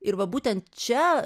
ir va būtent čia